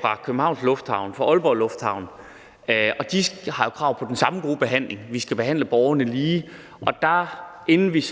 fra Københavns Lufthavn, fra Aalborg Lufthavn, og de har jo krav på den samme gode behandling. Vi skal behandle borgerne lige. Inden vi